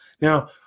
Now